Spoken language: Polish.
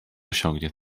osiągnie